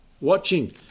watching